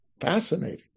Fascinating